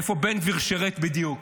איפה בן גביר שירת בדיוק,